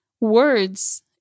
words